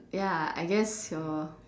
ya I guess your